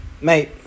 mate